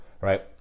right